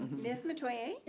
ms. metoyer. yay.